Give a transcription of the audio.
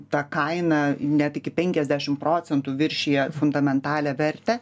ta kaina net iki penkiasdešimt procentų viršija fundamentalią vertę